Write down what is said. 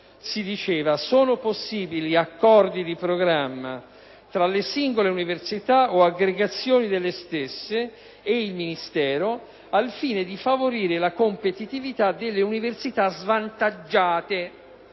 in Aula - che «Sono possibili accordi di programma tra le singole università o aggregazioni delle stesse ed il Ministero, al fine di favorire la competitività delle università svantaggiate,»